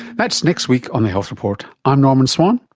that's next week on the health report, i'm norman swan,